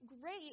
great